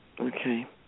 Okay